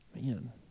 Man